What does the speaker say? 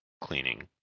cleaning